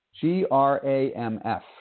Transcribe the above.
G-R-A-M-F